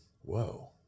whoa